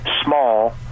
small